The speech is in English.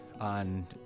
on